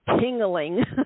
tingling